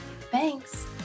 Thanks